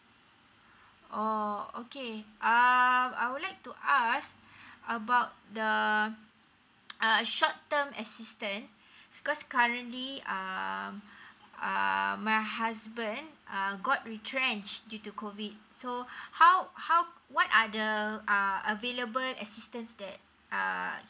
oh okay uh I would like to ask about the um short assistance because currently um um my husband uh got retrenched due to COVID so how how what are the uh available assistance that uh